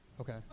Okay